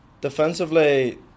defensively